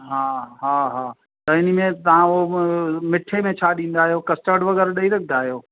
हा हा हा त हिन में तव्हां उहो मीठे में छा ॾींदा आहियो कस्टर्ड वग़ैरह ॾेई रखंदा आहियो